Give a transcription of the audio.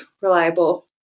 reliable